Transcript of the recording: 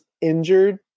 injured